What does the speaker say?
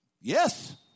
yes